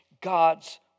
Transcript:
God's